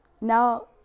Now